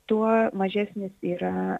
tuo mažesnis yra